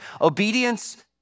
Obedience